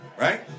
right